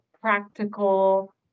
practical